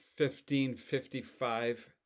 1555